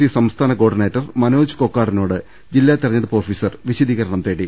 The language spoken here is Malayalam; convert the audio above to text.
സി സ്റ്റേറ്റ് കോർഡിനേറ്റർ മനോജ് കൊക്കാടിനോട് ജില്ലാ തെരഞ്ഞെടുപ്പ് ഓഫീസർ വിശദീകരണം തേടി